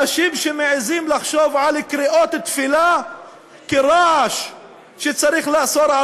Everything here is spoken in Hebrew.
אנשים שמעזים לחשוב על קריאות תפילה כרעש שצריך לאסור,